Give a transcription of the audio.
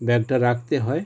ব্যাগটা রাখতে হয়